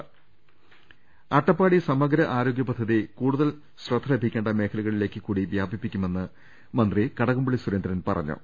രുട്ട്ട്ട്ട്ട്ട്ട്ട അട്ടപ്പാടി സമഗ്ര ആരോഗ്യപദ്ധതി കൂടുതൽ ശ്രദ്ധ ലഭിക്കേണ്ട മേഖല കളിലേക്ക് കൂടി വ്യാപിപ്പിക്കുമെന്ന് മന്ത്രി കടകുംപള്ളി സുരേന്ദ്രൻ പറഞ്ഞു